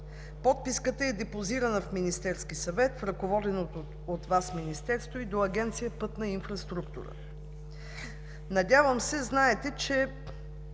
Подписката е депозирана в Министерския съвет, в ръководеното от Вас Министерство и до Агенция „Пътна инфраструктура“. Надявам се, знаете, че